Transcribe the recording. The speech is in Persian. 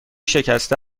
شکسته